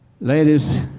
ladies